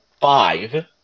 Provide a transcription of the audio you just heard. five